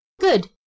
Good